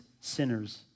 sinners